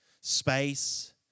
space